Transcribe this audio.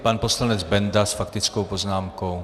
Pan poslanec Benda s faktickou poznámkou.